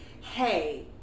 hey